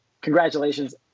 congratulations